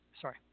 Sorry